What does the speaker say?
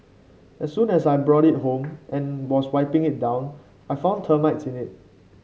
as soon as I brought it home and was wiping it down I found termites in it